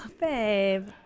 Babe